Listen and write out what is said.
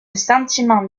sentiment